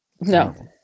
No